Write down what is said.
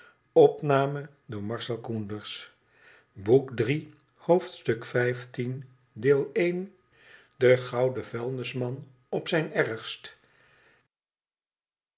de goxn en vuilnisman op zijn ergst